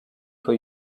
for